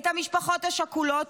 את המשפחות השכולות,